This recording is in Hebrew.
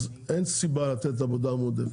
אז אין סיבה לתת עבודה מועדפת.